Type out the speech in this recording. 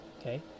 okay